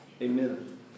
Amen